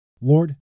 Lord